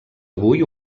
avui